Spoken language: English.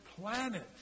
planet